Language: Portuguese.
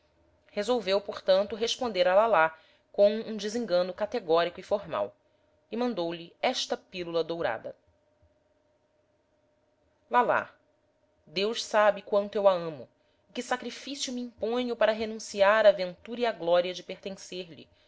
resolveu portanto responder a lalá com um desengano categórico e formal e mandou-lhe esta pílula dourada lalá deus sabe quanto eu a amo e que sacrifício me imponho para renunciar à ventura e á glória de pertencer-lhe mas